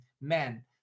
men